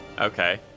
Okay